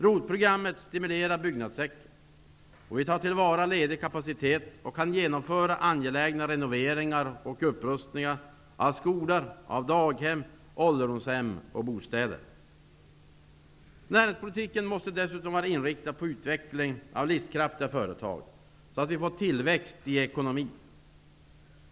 ROT programmet stimulerar byggnadssektorn och vi tar till vara ledig kapacitet och kan genomföra angelägna renoveringar och upprustningar av skolor, daghem, ålderdomshem och bostäder. Näringspolitiken måste dessutom vara inriktad på utveckling av livskraftiga företag för att tillväxt i ekonomin skall uppnås.